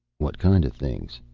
what kind of things?